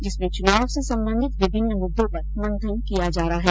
जिसमें चुनाव से संबंधित विभिन्न मुद्दों पर मंथन किया जा रहा है